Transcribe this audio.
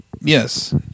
Yes